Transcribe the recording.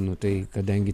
nu tai kadangi ten